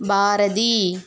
Bharathi